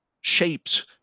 shapes